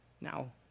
now